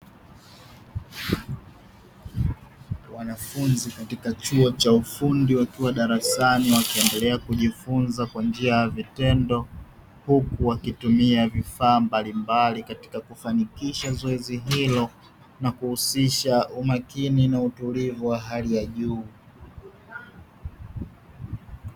Wanafunzi katika chuo cha ufundi wakiwa darasani wakiendelea kujifunza kwa njia ya vitendo, huku wakitumia vifaa mbalimbali katika kufanikisha zoezi hilo na kuhusisha umakini na utulivu wa hali ya juu.